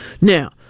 now